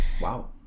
Wow